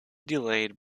delayed